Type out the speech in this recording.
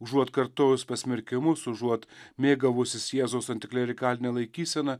užuot kartojus pasmerkimus užuot mėgavusis jėzaus antiklerikaline laikysena